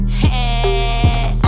hey